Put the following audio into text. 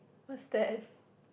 what's that